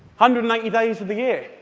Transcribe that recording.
hundred and eighty days of the year.